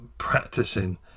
practicing